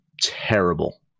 terrible